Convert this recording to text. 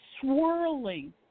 swirling